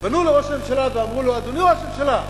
פנו אל ראש הממשלה ואמרו לו: אדוני ראש הממשלה,